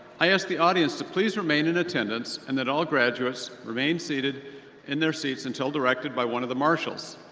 i ask the audience to please remain in attendance, and that all graduates remain seated in their seats until directed by one of the marshals.